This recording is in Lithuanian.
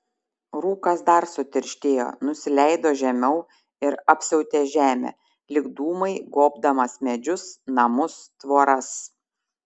rūkas dar sutirštėjo nusileido žemiau ir apsiautė žemę lyg dūmai gobdamas medžius namus tvoras